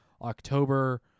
October